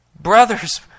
Brothers